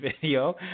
video